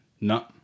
No